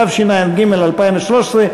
התשע"ג 2013,